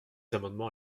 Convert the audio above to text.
amendements